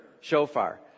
shofar